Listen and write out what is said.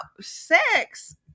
Sex